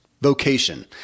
vocation